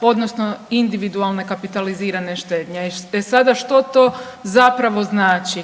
odnosno individualne kapitalizirane štednje. E sada što to zapravo znači?